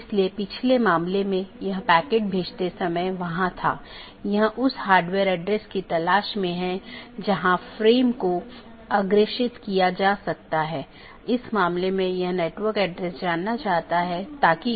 इसलिए अगर हम फिर से इस आंकड़े पर वापस आते हैं तो यह दो BGP स्पीकर या दो राउटर हैं जो इस विशेष ऑटॉनमस सिस्टमों के भीतर राउटरों की संख्या हो सकती है